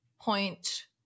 point